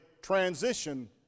transition